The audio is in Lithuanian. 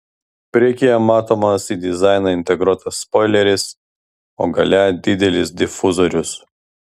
priekyje matomas į dizainą integruotas spoileris o gale didelis difuzorius